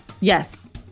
Yes